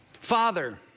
Father